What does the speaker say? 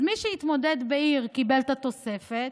אז מי שהתמודד בעיר קיבל את התוספת,